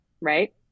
right